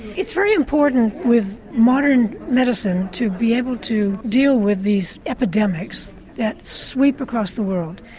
it's very important with modern medicine to be able to deal with these epidemics that sweep across the world.